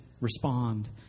respond